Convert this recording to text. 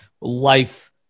life